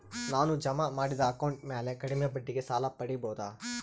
ನಾನು ಜಮಾ ಮಾಡಿದ ಅಕೌಂಟ್ ಮ್ಯಾಲೆ ಕಡಿಮೆ ಬಡ್ಡಿಗೆ ಸಾಲ ಪಡೇಬೋದಾ?